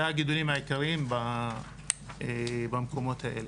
אלו הגידולים העיקריים במקומות האלו.